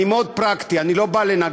אני מאוד פרקטי, אני לא בא לנגח.